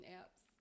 apps